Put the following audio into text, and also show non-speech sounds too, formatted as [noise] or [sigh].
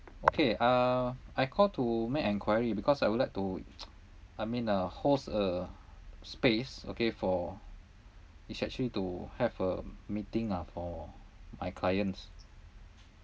okay uh I call to make an enquiry because I would like to [noise] I mean uh hosts a space okay for it's actually to have a meeting ah for my clients